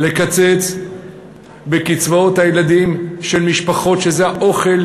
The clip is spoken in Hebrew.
לקצץ בקצבאות הילדים של משפחות שזה האוכל,